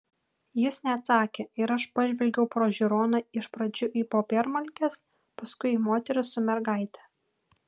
jis neatsakė ir aš pažvelgiau pro žiūroną iš pradžių į popiermalkes paskui į moterį su mergaite